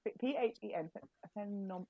P-H-E-N